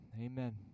Amen